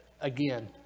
again